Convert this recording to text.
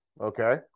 Okay